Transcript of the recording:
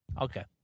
Okay